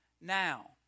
now